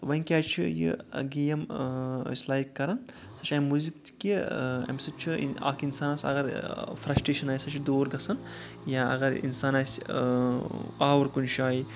ووٚن کیٛاہ چھِ یہِ گیم أسۍ لایِک کَرَان سۄ چھِ امہِ موٗجب کہِ اَمہِ سۭتۍ چھُ اکھ اِنسانَس اگر فرٛسٹَیشَن آسہِ سۄ چھِ دوٗر گژھان یا اگر اِنسان آسہِ آوُر کُنہِ جایہِ